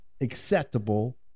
acceptable